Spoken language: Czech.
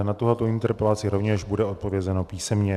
Na tuto interpelaci rovněž bude odpovězeno písemně.